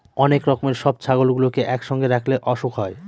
অনেক রকমের সব ছাগলগুলোকে একসঙ্গে রাখলে অসুখ হয়